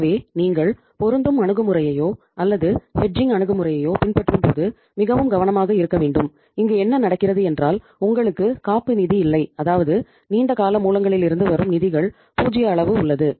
எனவே நீங்கள் பொருந்தும் அணுகுமுறையையோ அல்லது ஹெட்ஜிங் அணுகுமுறையையோ பின்பற்றும்போது மிகவும் கவனமாக இருக்க வேண்டும் இங்கு என்ன நடக்கிறது என்றால் உங்களுக்கு காப்பு நிதி இல்லை அதாவது நீண்ட கால மூலங்களிலிருந்து வரும் நிதிகள் பூஜ்ஜிய அளவு உள்ளது